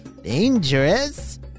dangerous